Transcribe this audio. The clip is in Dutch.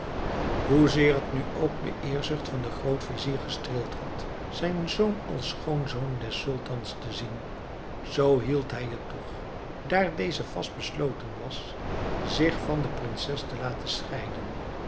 hoezeer het nu ook de eerzucht van den grootvizier gestreeld had zijn zoon als schoonzoon des sultans te zien zoo hield hij het toch daar deze vast besloten was zich van de prinses te laten scheiden